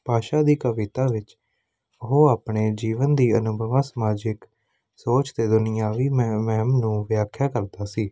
ਭਾਸ਼ਾ ਦੀ ਕਵਿਤਾ ਵਿੱਚ ਉਹ ਆਪਣੇ ਜੀਵਨ ਦੀ ਅਨੁਭਵਾ ਸਮਾਜਿਕ ਸੋਚ ਅਤੇ ਦੁਨੀਆਵੀ ਮਹਿ ਮਹਿਮ ਨੂੰ ਵਿਆਖਿਆ ਕਰਦਾ ਸੀ